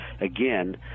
again